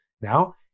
now